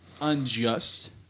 unjust